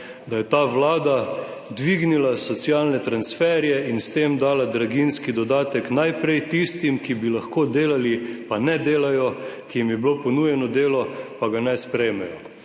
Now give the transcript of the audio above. Da je ta Vlada dvignila socialne transferje in s tem dala draginjski dodatek najprej tistim, ki bi lahko delali, pa ne delajo, ki jim je bilo ponujeno delo, pa ga ne sprejmejo.